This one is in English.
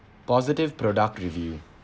positive product review